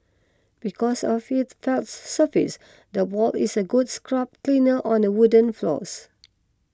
because of its sounds surface the ball is a good scruff cleaner on a wooden floors